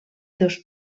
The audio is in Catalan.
dos